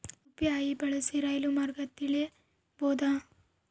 UPI ಬಳಸಿ ರೈಲು ಮಾರ್ಗ ತಿಳೇಬೋದ?